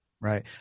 Right